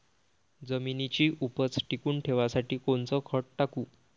जमिनीची उपज टिकून ठेवासाठी कोनचं खत टाकू?